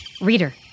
Reader